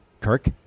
Kirk